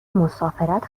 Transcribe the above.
مسافرت